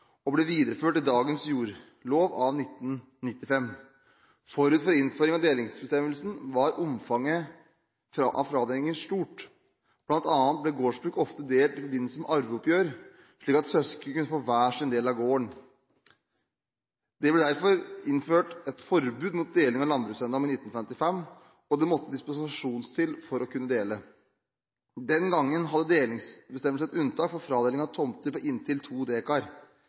og ble videreført i dagens jordlov av 1995. Forut for innføringen av delingsbestemmelsen var omfanget av fradelinger stort. Blant annet ble gårdsbruk ofte delt i forbindelse med arveoppgjør slik at søsken kunne få hver sin del av gården. Det ble derfor innført et forbud mot deling av landbrukseiendom i 1955, og det måtte dispensasjon til for å kunne dele. Den gangen hadde delingsbestemmelsen et unntak for fradeling av tomter på inntil